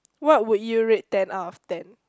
what would you rate ten out of ten